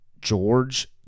George